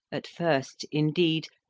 at first, indeed,